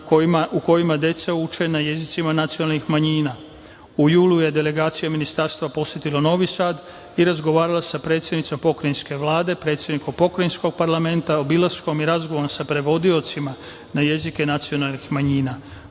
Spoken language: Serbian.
u kojima deca uče na jezicima nacionalnih manjina.U julu je delegacija ministarstva posetila Novi Sad i razgovarala sa predsednicom Pokrajinske vlade, predsednikom pokrajinskog parlamenta, obilaskom i razgovorom sa prevodiocima na jezike nacionalnih manjina.